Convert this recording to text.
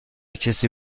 کسی